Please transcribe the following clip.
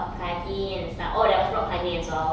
kayaking and stuff oh there was rock climbing as well